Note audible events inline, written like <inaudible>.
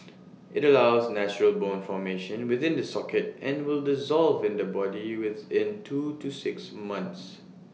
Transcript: IT allows natural bone formation within the socket and will dissolve in the body within two to six months <noise>